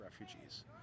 refugees